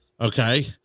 Okay